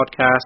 Podcast